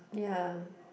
ya